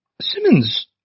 Simmons